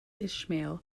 ismail